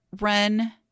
run